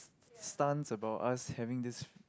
stuns about us having this